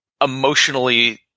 emotionally